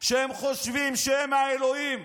שחושבים שהם האלוהים,